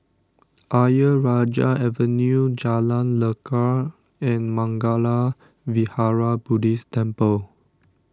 Ayer Rajah Avenue Jalan Lekar and Mangala Vihara Buddhist Temple